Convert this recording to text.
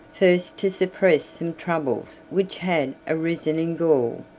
first to suppress some troubles which had arisen in gaul,